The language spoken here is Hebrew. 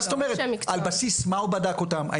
על בסיס מה הוא בדק אותם?